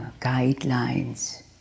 guidelines